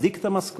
מצדיק את המשכורת,